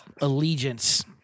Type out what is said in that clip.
allegiance